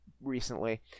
recently